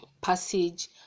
passage